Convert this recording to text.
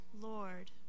Lord